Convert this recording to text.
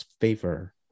favor